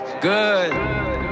Good